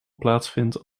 plaatsvindt